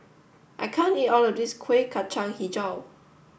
I can't eat all of this Kueh Kacang Hijau